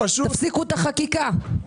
תפסיקו את החקיקה.